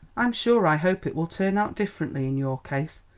i'm sure i hope it will turn out differently in your case.